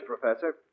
Professor